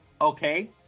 okay